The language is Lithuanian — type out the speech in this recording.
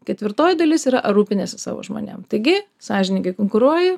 ketvirtoji dalis yra ar rūpiniesi savo žmonėm taigi sąžiningai konkuruoji